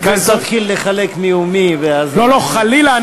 רק אל תתחיל לחלק מי הוא מי, ואז, לא לא, חלילה.